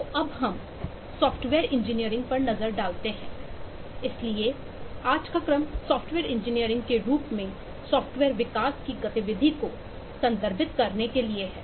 तो अब हम सॉफ्टवेयर इंजीनियरिंग पर नजर डालते हैं इसलिए आज का क्रम सॉफ्टवेयर इंजीनियरिंग के रूप में सॉफ्टवेयर विकास की गतिविधि को संदर्भित करने के लिए है